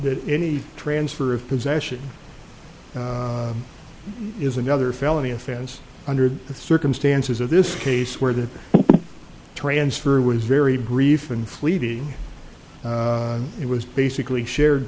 that any transfer of possession is another felony offense under the circumstances of this case where the transfer was very brief and fleeting it was basically shared